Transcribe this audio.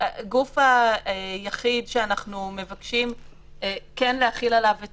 הגוף היחיד שאנחנו מבקשים כן להחיל עליו את